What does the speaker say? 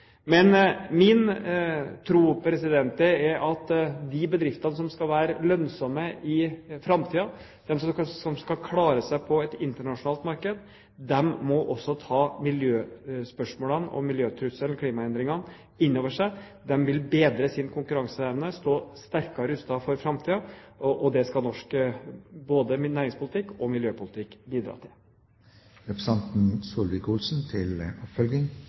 Men min tro er at de bedriftene som skal være lønnsomme i framtiden, de som skal klare seg på et internasjonalt marked, de må også ta miljøspørsmålene, miljøtrusselen og klimaendringene inn over seg. De vil bedre sin konkurranseevne og stå sterkere rustet for framtiden. Det skal både norsk næringspolitikk og miljøpolitikk bidra